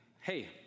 hey